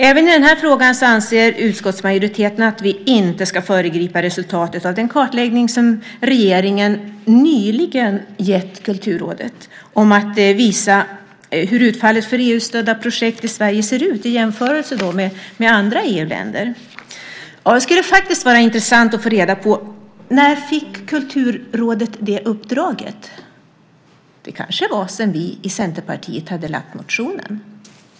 Även i denna fråga anser utskottsmajoriteten att vi inte ska föregripa resultatet av den kartläggning som regeringen nyligen bett Kulturrådet göra för att visa hur utfallet för EU-stödda projekt i Sverige ser ut i jämförelse med andra EU-länder. Det skulle faktiskt vara intressant att få reda på när Kulturrådet fick det uppdraget. Det kanske var sedan vi i Centerpartiet hade väckt motionen.